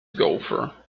golfer